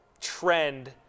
trend